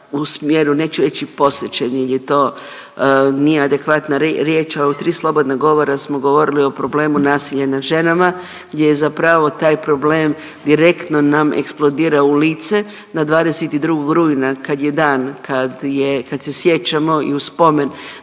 u smjeru neću reći posvećeni jer je to, nije adekvatna riječ, al u 3 slobodna govora smo govorili o problemu nasilja nad ženama gdje je zapravo taj problem direktno nam eksplodirao u lice na 22. rujna kad je dan kad je, kad se sjećamo i u spomen